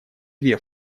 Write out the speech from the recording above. две